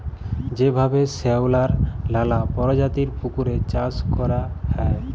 যেভাবে শেঁওলার লালা পরজাতির পুকুরে চাষ ক্যরা হ্যয়